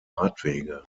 radwege